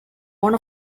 one